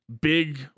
big